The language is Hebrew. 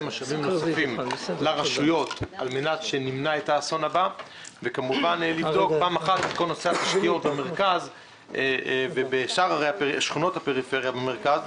דיון אודות מה שראינו אתמול ושלשום בתל אביב ובשאר ערי המרכז.